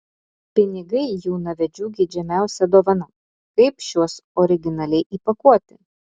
pinigai jaunavedžių geidžiamiausia dovana kaip šiuos originaliai įpakuoti